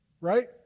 Right